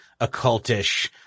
occultish